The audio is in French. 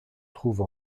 trouve